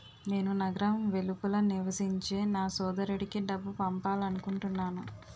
నేను నగరం వెలుపల నివసించే నా సోదరుడికి డబ్బు పంపాలనుకుంటున్నాను